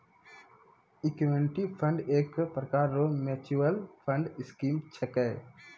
equity fund एक प्रकार रो मिच्युअल फंड स्कीम छिकै